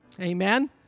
Amen